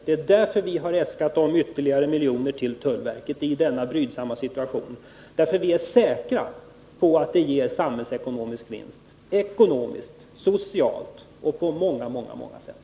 Det är därför vi har äskat ytterligare miljoner till tullverket i denna brydsamma situation. Vi är nämligen säkra på att det ger vinster för samhället: ekonomiskt, socialt och på många andra sätt.